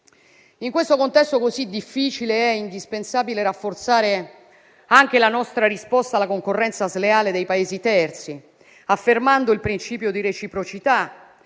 In questo contesto così difficile, è indispensabile rafforzare anche la nostra risposta alla concorrenza sleale dei Paesi terzi, affermando il principio di reciprocità;